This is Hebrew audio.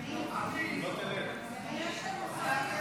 גברתי היושבת בראש,